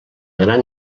gran